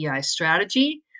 strategy